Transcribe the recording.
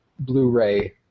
Blu-ray